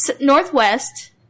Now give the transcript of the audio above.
northwest